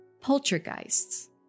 Poltergeists